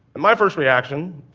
my first reaction,